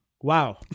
Wow